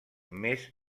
més